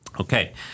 okay